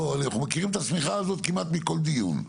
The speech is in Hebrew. בואי אנחנו מכירים את השמיכה הזאת כמעט מכל דיון,